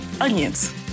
onions